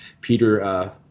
Peter